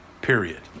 period